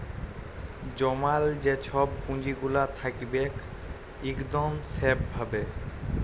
জমাল যে ছব পুঁজিগুলা থ্যাকবেক ইকদম স্যাফ ভাবে